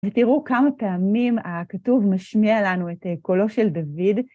ותראו כמה פעמים הכתוב משמיע לנו את קולו של דוד.